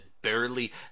barely